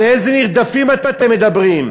על איזה נרדפים אתם מדברים?